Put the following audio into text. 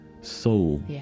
soul